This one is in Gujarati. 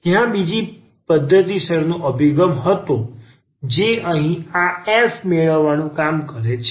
ત્યાં બીજી પદ્ધતિસરનો અભિગમ હતો જે અહીં આ f મેળવવાનું કામ કરે છે